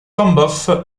tambov